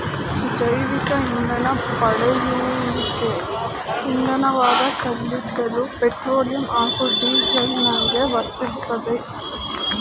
ಜೈವಿಕಇಂಧನ ಪಳೆಯುಳಿಕೆ ಇಂಧನವಾದ ಕಲ್ಲಿದ್ದಲು ಪೆಟ್ರೋಲಿಯಂ ಹಾಗೂ ಡೀಸೆಲ್ಗಳಹಾಗೆ ವರ್ತಿಸ್ತದೆ